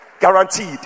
Guaranteed